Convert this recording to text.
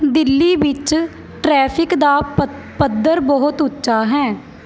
ਦਿੱਲੀ ਵਿੱਚ ਟ੍ਰੈਫਿਕ ਦਾ ਪੱ ਪੱਧਰ ਬਹੁਤ ਉੱਚਾ ਹੈ